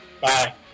bye